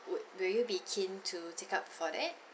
would will you be keen to take up for that